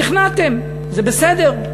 נכנעתם, זה בסדר.